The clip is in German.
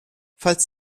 falls